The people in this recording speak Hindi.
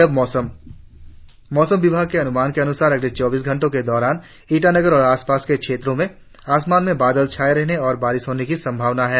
और अब मोसम मौसम विभाग के अनुमान के अनुसार अगले चौबीस घंटो के दौरान ईटानगर और आसपास के क्षेत्रो में आसमान में बादल छाये रहने और बारिश होने की संभावना है